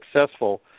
successful